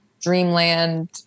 dreamland